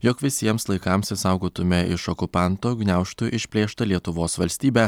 jog visiems laikams išsaugotume iš okupanto gniaužtų išplėštą lietuvos valstybę